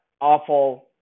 awful